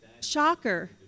shocker